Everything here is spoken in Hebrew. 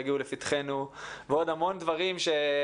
ועוד המון דברים שאנחנו נצטרך להתעסק בהם.